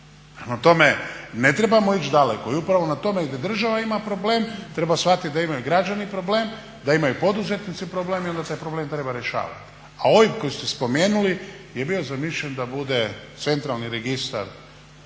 tome, ne trebamo ići daleko i upravo na tome ide država ima problem, treba shvatiti da imaju građani problem, da imaju poduzetnici problem i onda taj problem treba rješavati. A OIB koji ste spomenuli je bio zamišljen da bude centralni registar